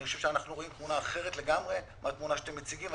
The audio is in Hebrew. אני חושב שאנחנו רואים תמונה אחרת לגמרי מהתמונה שאתם מציגים,